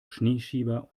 schneeschieber